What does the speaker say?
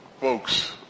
Folks